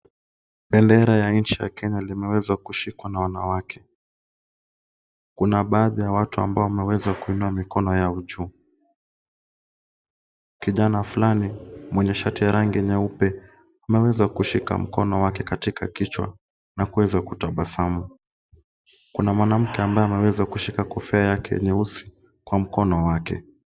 Bendera ya nchi ya Kenya imeweza kushikwa na wanawake. Kuna baadhi ya watu ambao wameweza kuinua mikono yao juu. Kijana fulani mwenye shati ya rangi nyeupe ameweza kushika mkono wake katika kichwa na kuweza kutabasamu. Kuna mwanamke ambaye ameweza kushika kofia yake nyeusi kwa mkono wake.